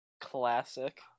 Classic